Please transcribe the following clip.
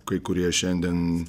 kai kurie šiandien